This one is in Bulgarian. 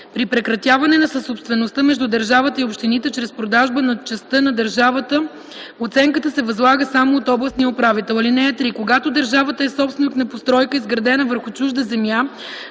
При прекратяването на съсобствеността между държавата и общините чрез продажба на частта на държавата, оценката се възлага само от областния управител. (3) Когато държавата е собственик на постройка, изградена върху чужда земя,